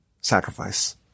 sacrifice